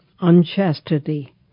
unchastity